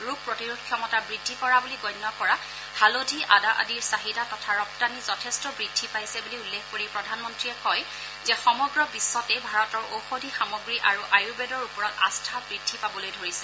ৰোগ প্ৰতিৰোধ ক্ষমতা বৃদ্ধি কৰা বুলি গণ্য কৰা হালধী আদা আদিৰ চাহিদা তথা ৰপ্তানি যথেষ্ট বৃদ্ধি পাইছে বুলি উল্লেখ কৰি প্ৰধানমন্ত্ৰীয়ে কয় যে সমগ্ৰ বিশ্বতেই ভাৰতৰ ঔষধী সামগ্ৰী আৰু আয়ুৰ্বেদৰ ওপৰত আস্থা বৃদ্ধি পাবলৈ ধৰিছে